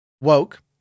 Woke